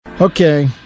Okay